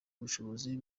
ubushobozi